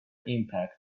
impact